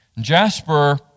Jasper